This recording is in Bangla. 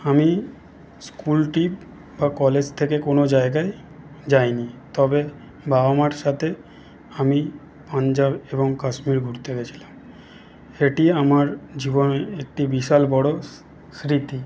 আমি স্কুল ট্রিপ বা কলেজ থেকে কোনো জায়গায় যাইনি তবে বাবা মার সাথে আমি পঞ্জাব এবং কাশ্মীর ঘুরতে গেছিলাম এটি আমার জীবনের একটি বিশাল বড়ো স্মৃতি